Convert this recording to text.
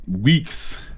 weeks